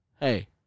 hey